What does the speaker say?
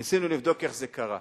ניסינו לבדוק איך זה קרה,